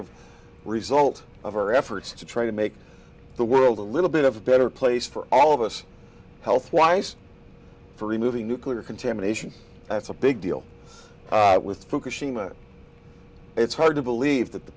of result of our efforts to try to make the world a little bit of a better place for all of us health wise for removing nuclear contamination that's a big deal with fukushima it's hard to believe that the